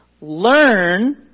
learn